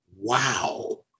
wow